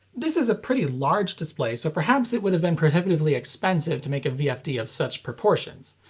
this is a pretty large display, so perhaps it would have been prohibitively expensive to make a vfd of such proportions.